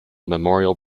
memorial